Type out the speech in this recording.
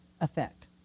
effect